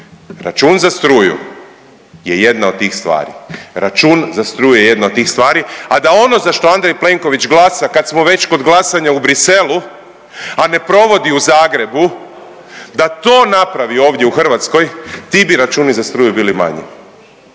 Račun za struju je jedna od tih stvari, a da ono za što Andrej Plenković glasa kad smo već kod glasanja u Bruxellesu a ne provodi u Zagrebu da to napravi ovdje u Hrvatskoj ti bi računi za struju bili manji,